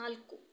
ನಾಲ್ಕು